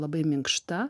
labai minkšta